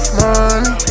money